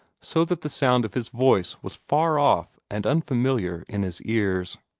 so that the sound of his voice was far-off and unfamiliar in his ears.